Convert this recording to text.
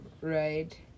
right